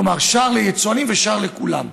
כלומר, שער ליצואנים ושער לכולם.